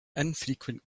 infrequent